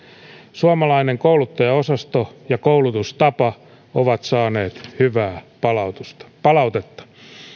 suomalainen kouluttajaosasto ja koulutustapa ovat saaneet hyvää palautetta